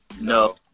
No